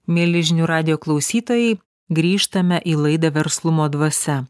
mieli žinių radijo klausytojai grįžtame į laidą verslumo dvasia